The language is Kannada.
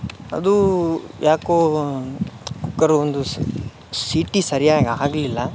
ಅದು ಯಾಕೋ ಕುಕ್ಕರು ಒಂದು ಸೀಟಿ ಸರಿಯಾಗಿ ಆಗಲಿಲ್ಲ